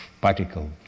particle